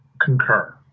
concur